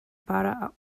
para